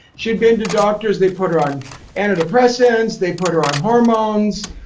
she had been to doctors. they put her on antidepressants. they put her on hormones,